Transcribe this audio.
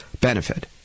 benefit